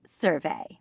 survey